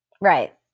Right